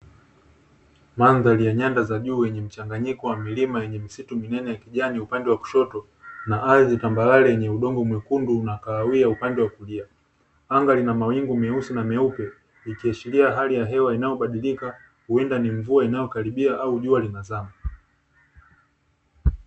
Mandhari ya nyanda za juu wenye mchanganyiko wa milima yenye misitu minene ya kijani upande wa kushoto, na ardhi tambarare yenye udongo mwekundu na kahawia upande wa kulia. Anga lina mawingu meusi na meupe ikiashiria hali ya hewa inayobadilika, huenda ni mvua inayokaribia au jua linazama.